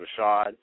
Rashad